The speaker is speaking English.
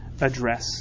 address